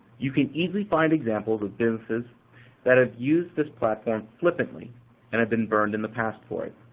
you can easily find examples of businesses that have used this platform flippantly and have been burned in the past for it.